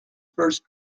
first